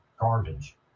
garbage